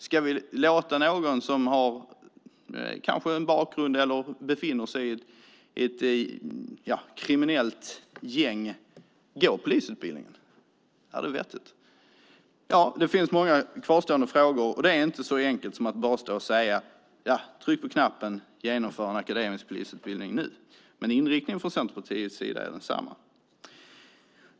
Ska vi låta någon som har en bakgrund i eller befinner sig i ett kriminellt gäng gå polisutbildningen? Är det vettigt? Det finns många kvarstående frågor, och det är inte så enkelt som att bara stå och säga: Tryck på knappen, genomför en akademisk polisutbildning nu! Men inriktningen från Centerpartiets sida är densamma.